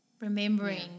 remembering